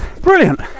Brilliant